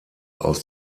aus